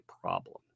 problem